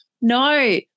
no